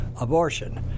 abortion